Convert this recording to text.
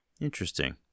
Interesting